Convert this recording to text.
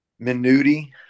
minuti